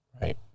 right